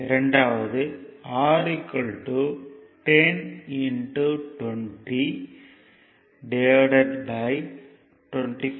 இரண்டாவது R 10 2024 20 10 240 54 4